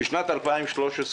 בשנת 2013,